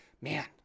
man